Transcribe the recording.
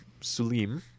Suleim